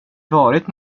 varit